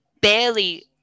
barely